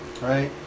right